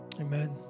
Amen